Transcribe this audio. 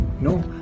No